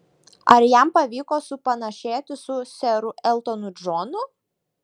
ar jam pavyko supanašėti su seru eltonu džonu